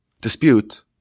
dispute